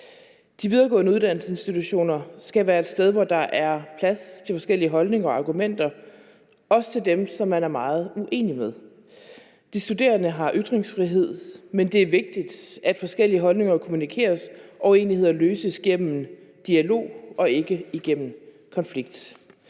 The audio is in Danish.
De videregående uddannelsesinstitutioner skal være et sted, hvor der er plads til forskellige holdninger og argumenter og plads til dem, som man er meget uenige med. De studerende har ytringsfrihed, men det er vigtigt, at forskellige holdninger kommunikeres og uenigheder løses gennem dialog og ikke gennem konflikt.